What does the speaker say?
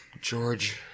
George